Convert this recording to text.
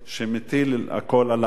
שמטיל הכול על העם.